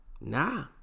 Nah